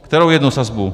Kterou jednu sazbu?